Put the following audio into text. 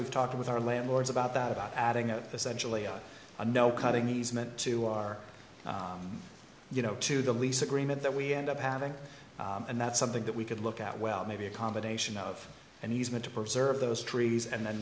we've talked with our landlords about that about adding a essentially a no cutting easement to our you know to the lease agreement that we end up having and that's something that we could look at well maybe a combination of and he's going to preserve those trees and then